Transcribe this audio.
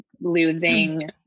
losing